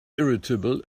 irritable